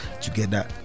together